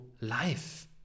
life